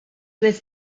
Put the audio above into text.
was